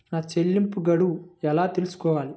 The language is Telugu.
నా చెల్లింపు గడువు ఎలా తెలుసుకోవాలి?